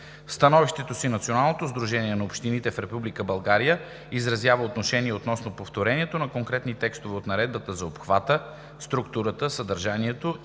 становището си Националното сдружение на общините в Република България изразява отношение относно повторението на конкретни текстове от Наредбата за обхвата, структурата, съдържанието